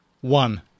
one